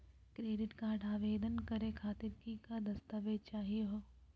Credit card आवेदन करे खातीर कि क दस्तावेज चाहीयो हो?